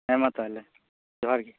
ᱦᱮᱸ ᱢᱟ ᱛᱟᱦᱞᱮ ᱡᱚᱦᱟᱨ ᱜᱮ